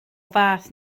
fath